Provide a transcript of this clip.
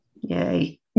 Yay